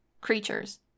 creatures